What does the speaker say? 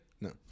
No